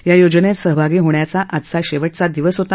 या योजनेत सहभागी होण्याचा आजचा शेवटचा दिवस होता